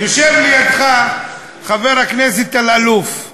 יושב לידך חבר הכנסת אלאלוף,